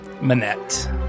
Manette